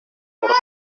ordea